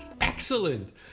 excellent